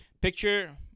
picture